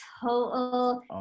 total